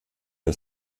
der